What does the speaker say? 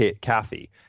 Kathy